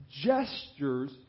gestures